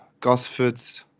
Gosford's